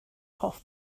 hoff